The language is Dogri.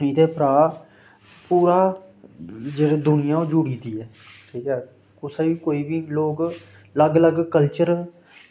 इं'दे परां जेह्ड़ी दुनियां ऐ ओह् जुड़ी दी ऐ ठीक ऐ कुसै गी कोई बी लोग अलग अलग कल्चर